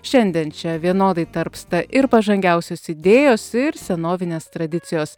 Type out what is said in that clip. šiandien čia vienodai tarpsta ir pažangiausios idėjos ir senovinės tradicijos